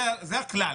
זה הכלל,